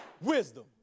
wisdom